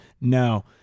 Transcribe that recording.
No